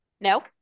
No